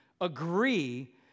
agree